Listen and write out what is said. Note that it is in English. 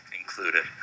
included